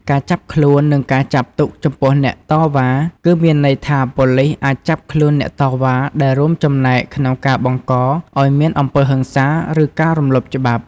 ការចាប់ខ្លួន និងការចាប់ទុកចំពោះអ្នកតវ៉ា គឺមានន័យថាប៉ូលីសអាចចាប់ខ្លួនអ្នកតវ៉ាដែលរួមចំណែកក្នុងការបង្កឲ្យមានអំពើហិង្សា ឬការរំលោភច្បាប់។